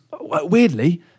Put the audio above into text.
weirdly